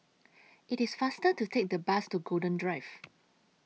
IT IS faster to Take The Bus to Golden Drive